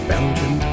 Belgium